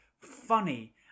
funny